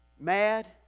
mad